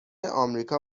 آمریکا